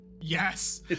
Yes